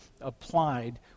applied